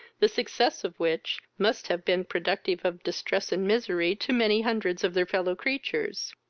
the success of which must have been productive of distress and misery to many hundreds of their fellow-creatures.